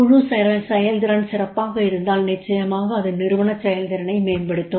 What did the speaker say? குழு செயல்திறன் சிறப்பாக இருந்தால் நிச்சயமாக அது நிறுவனச் செயல்திறனை மேம்படுத்தும்